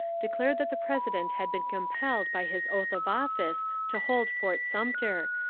declared that the president had been compelled by his oath of office to hold fort sumter,